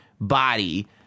body